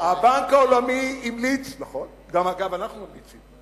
גם אנחנו ממליצים.